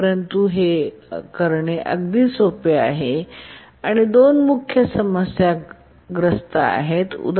परंतु हे अगदी सोपी आहे आणि दोन मुख्य समस्या ग्रस्त आहे उदा